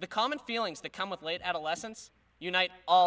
the common feelings that come with late adolescence unite all